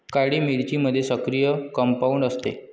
काळी मिरीमध्ये सक्रिय कंपाऊंड असते